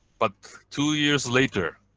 but two years later,